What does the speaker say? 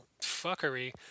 fuckery